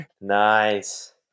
Nice